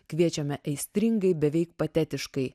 kviečiame aistringai beveik patetiškai